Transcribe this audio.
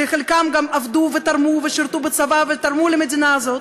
שחלקם גם עבדו ותרמו ושירתו בצבא ותרמו למדינה הזאת,